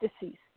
deceased